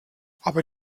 aber